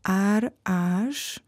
ar aš